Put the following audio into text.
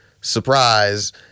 Surprise